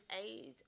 age